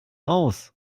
aus